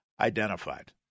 identified